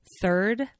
Third